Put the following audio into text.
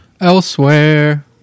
Elsewhere